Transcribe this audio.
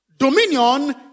Dominion